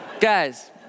Guys